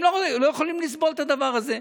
הם לא יכולים לסבול את הדבר הזה.